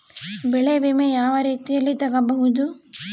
ಬೆಳೆ ವಿಮೆ ಯಾವ ರೇತಿಯಲ್ಲಿ ತಗಬಹುದು?